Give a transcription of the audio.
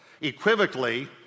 Equivocally